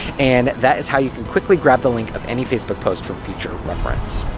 and that is how you can quickly grab the link of any facebook post for future reference.